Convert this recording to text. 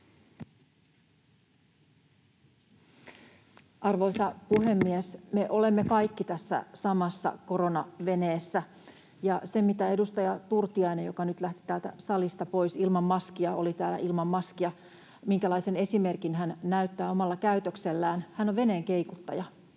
Arvoisa puhemies! Me olemme kaikki tässä samassa koronaveneessä, ja minkälaisen esimerkin edustaja Turtiainen — joka nyt lähti täältä salista pois ilman maskia, oli täällä ilman maskia — näyttää omalla käytöksellään: hän on veneenkeikuttaja.